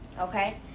okay